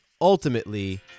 ultimately